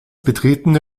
betretene